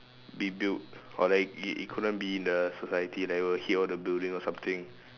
be built or like it it couldn't be in the society level hit all the building or something